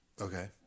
Okay